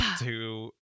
to-